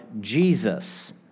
Jesus